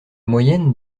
moyenne